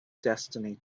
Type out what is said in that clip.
destiny